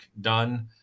done